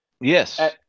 Yes